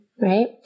Right